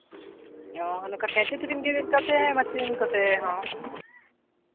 ᱚᱸᱻ ᱱᱚᱝᱠᱟ ᱠᱟᱺᱪᱤ ᱛᱮᱵᱮᱱ ᱜᱮᱫᱮᱜ ᱠᱚᱣᱟ ᱥᱮ ᱢᱮᱥᱤᱱ ᱠᱚᱛᱮ ᱦᱚᱸ